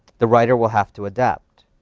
the writer will have to adapt.